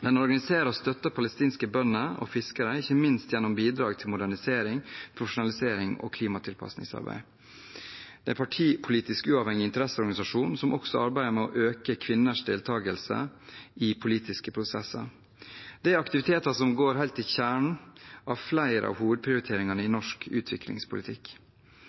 De organiserer og støtter palestinske bønder og fiskere, ikke minst gjennom bidrag til modernisering, profesjonalisering og klimatilpasningsarbeid. Det er en partipolitisk uavhengig interesseorganisasjon som også arbeider med å øke kvinners deltakelse i politiske prosesser. Det er aktiviteter som går helt til kjernen av flere av hovedprioriteringene i